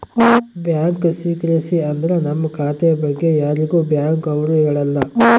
bank secrecy ಅಂದ್ರ ನಮ್ ಖಾತೆ ಬಗ್ಗೆ ಯಾರಿಗೂ ಬ್ಯಾಂಕ್ ಅವ್ರು ಹೇಳಲ್ಲ